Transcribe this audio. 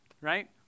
right